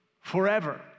forever